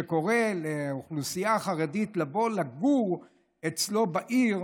שקורא לאוכלוסייה החרדית לבוא לגור אצלו בעיר,